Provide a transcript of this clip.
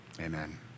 amen